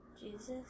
Jesus